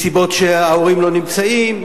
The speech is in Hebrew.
מסיבות שההורים לא נמצאים,